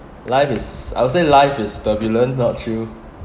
life is I would say life is turbulent not chill